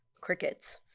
crickets